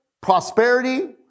Prosperity